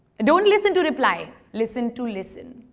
don't listen to reply. listen to listen.